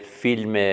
film